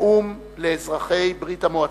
נאום לאזרחי ברית-המועצות,